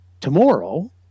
Tomorrow